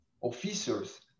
officers